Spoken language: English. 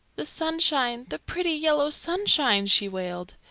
the sunshine, the pretty yellow sunshine! she wailed.